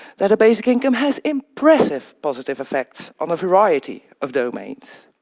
that a basic income has impressive positive effects on a variety of domains.